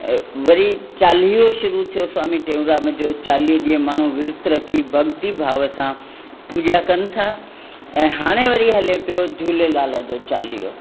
ऐं वरी चालीहो शुरू थियो स्वामी टेऊंराम जो चालीह ॾींहं माण्हूं विर्त रखी भॻिती भाव सां पूॼा कनि था ऐं हाणे वरी हले पियो झूलेलाल जो चालीहो